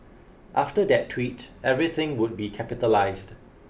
after that tweet everything would be capitalised